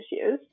issues